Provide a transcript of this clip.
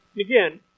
Again